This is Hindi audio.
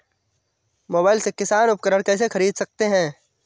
मोबाइल से किसान उपकरण कैसे ख़रीद सकते है?